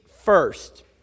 First